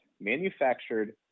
manufactured